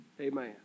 Amen